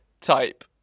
type